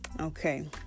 Okay